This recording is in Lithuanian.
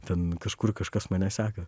ten kažkur kažkas mane seka